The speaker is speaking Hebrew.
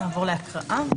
נעבור להקראה.